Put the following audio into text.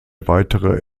weitere